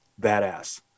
badass